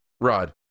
Rod